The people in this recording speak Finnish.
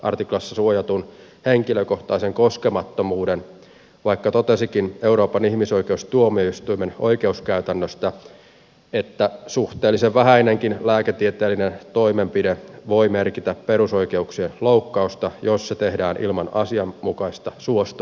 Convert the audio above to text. artiklassa suojatun henkilökohtaisen koskemattomuuden vaikka totesikin euroopan ihmisoikeustuomioistuimen oikeuskäytännöstä että suhteellisen vähäinenkin lääketieteellinen toimenpide voi merkitä perusoikeuksien loukkausta jos se tehdään ilman asianmukaista suostumusta